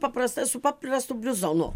paprasta su paprastu bliuzonu